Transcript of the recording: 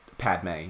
Padme